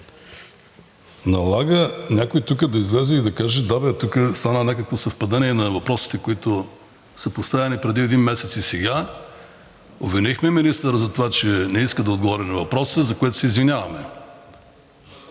налага някой тук да излезе и да каже: да, тук стана някакво съвпадение на въпросите, които са поставени преди един месец, и сега обвинихме министъра за това, че не иска да отговори на въпроса, за което се извиняваме.